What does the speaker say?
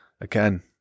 again